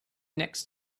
next